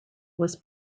was